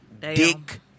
dick